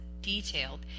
detailed